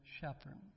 shepherd